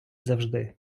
завжди